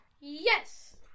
Yes